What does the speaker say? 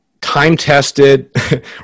time-tested